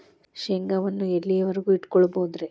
ಶೇಂಗಾವನ್ನು ಎಲ್ಲಿಯವರೆಗೂ ಇಟ್ಟು ಕೊಳ್ಳಬಹುದು ರೇ?